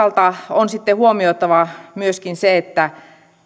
on sitten huomioitava myöskin se että